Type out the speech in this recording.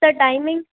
sir timing